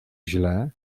źle